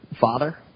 Father